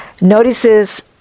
Notices